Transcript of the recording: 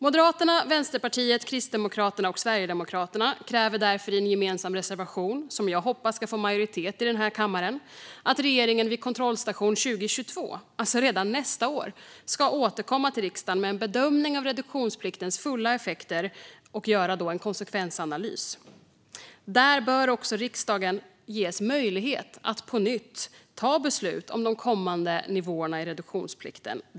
Moderaterna, Vänsterpartiet, Kristdemokraterna och Sverigedemokraterna kräver därför i en gemensam reservation, som jag hoppas ska få majoritet i kammaren, att regeringen vid kontrollstation 2022 - alltså redan nästa år - ska återkomma till riksdagen med en bedömning av reduktionspliktens fulla effekter och en konsekvensanalys. Där bör också riksdagen ges möjlighet att på nytt ta beslut om de kommande nivåerna i reduktionsplikten.